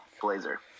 Blazer